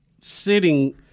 Sitting